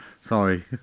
Sorry